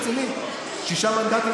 שישה מנדטים